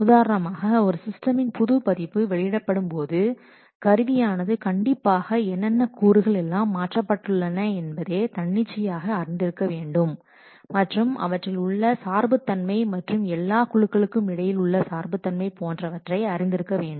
உதாரணமாக ஒரு சிஸ்டமின் புது பதிப்பு வெளியிடப்படும் போது கருவியானது கண்டிப்பாக என்னென்ன கூறுகள் எல்லாம் மாற்றப்பட்டுள்ளன என்பதே தன்னிச்சையாக அறிந்திருக்க வேண்டும் மற்றும் அவற்றில் உள்ள சார்பு தன்மை மற்றும் எல்லா குழுக்களுக்கும் இடையில் உள்ள சார்பு தன்மை போன்றவற்றை அறிந்திருக்க வேண்டும்